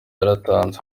yaratanze